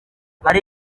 hari